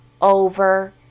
over